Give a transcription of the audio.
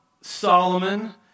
Solomon